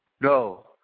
No